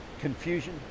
confusion